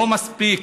לא מספיק